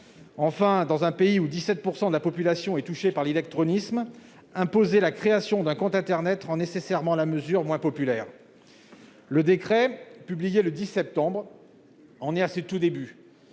outre, dans un pays où 17 % de la population est touchée par l'illectronisme, imposer la création d'un compte internet rend nécessairement la mesure moins populaire. Le décret, publié le 10 septembre, en est à ses tout débuts,